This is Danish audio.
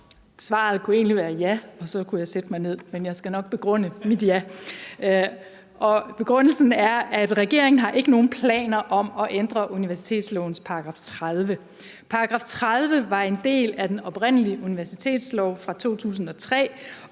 Svaret kunne egentlig være ja, og så kunne jeg sætte mig ned, men jeg skal nok begrunde mit ja. Begrundelsen er, at regeringen ikke har nogen planer om at ændre universitetslovens § 30. § 30 var en del af den oprindelige universitetslov fra 2003,